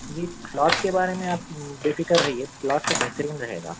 جی cloth کے بارے میں آپ بے فکر رہیے کلوتھ تو بہترین رہے گا